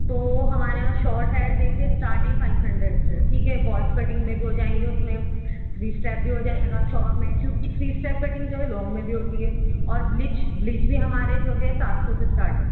تو ہمارے یہاں شارٹ ہیئر دیکھیے اسٹارٹ ہے فائیو ہنڈریڈ سے ٹھیک ہے والف کٹنگ میں بھی ہو جائیں گے اس میں تھری اسٹیپ بھی ہو جائے گا شارٹ میں کیونکہ تھری اسٹیپ کٹنگ جو ہے لانگ میں بھی ہوتی ہے اور بلیچ بلیچ بھی ہمارے جو ہے سات سو سے اسٹارٹ ہے